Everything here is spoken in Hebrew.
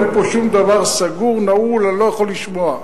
אין פה שום דבר סגור, נעול, שאני לא יכול לשמוע.